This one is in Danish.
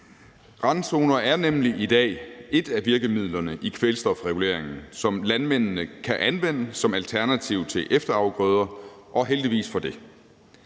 Randzoner er nemlig i dag et af virkemidlerne i kvælstofreguleringen, som landmændene kan anvende som alternativ til efterafgrøder, og heldigvis for det.